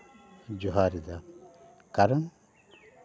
ᱡᱚᱦᱟᱨᱮᱫᱟ ᱠᱟᱨᱚᱱ